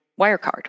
Wirecard